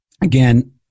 again